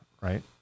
right